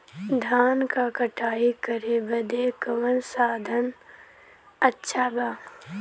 धान क कटाई करे बदे कवन साधन अच्छा बा?